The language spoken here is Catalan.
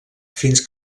fins